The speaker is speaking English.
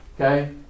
Okay